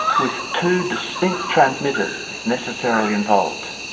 with two distinct transmitters necessarily involved.